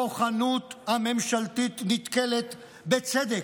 הכוחנות הממשלתית נתקלת, בצדק,